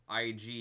ig